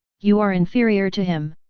you are inferior to him!